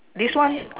this one